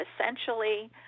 essentially